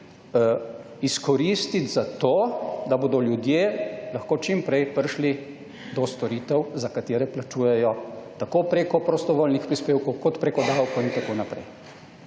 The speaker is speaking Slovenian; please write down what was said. izkoristiti za to, da bodo ljudje lahko čimprej prišli do storitev za katere plačujejo tako preko prostovoljnih prispevkov, kot preko davkov in tako naprej.